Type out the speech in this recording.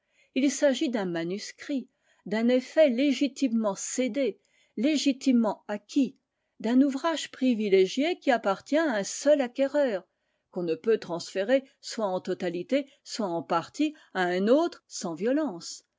il s'agit d'un manuscrit d'un effet légitimement cédé légitimement acquis d'un ouvrage privilégié qui appartient à un seul acquéreur qu'on ne peut transférer soit en totalité soit en partie à un autre sans violence